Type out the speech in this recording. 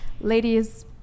ladies